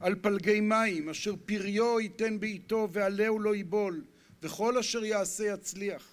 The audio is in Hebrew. על פלגי מים, אשר פריו ייתן בעתו ועליהו לא ייבול, וכל אשר יעשה יצליח.